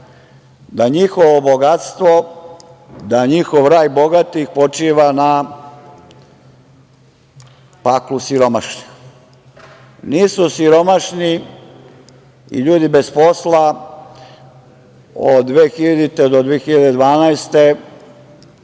da njihovo bogatstvo, da njihov raj bogatih počiva na paklu siromašnih. Nisu siromašni i ljudi bez posla od 2000. do 2012.